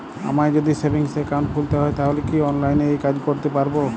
আমায় যদি savings account খুলতে হয় তাহলে কি অনলাইনে এই কাজ করতে পারবো?